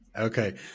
Okay